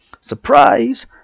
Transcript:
Surprise